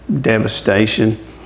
devastation